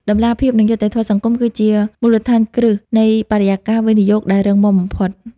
តម្លាភាព និងយុត្តិធម៌សង្គម គឺជាមូលដ្ឋានគ្រឹះនៃបរិយាកាសវិនិយោគដែលរឹងមាំបំផុត។